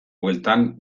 bueltan